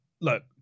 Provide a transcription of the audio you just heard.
look